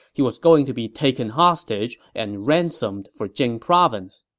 he was going to be taken hostage and ransomed for jing province.